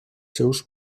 seus